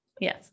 yes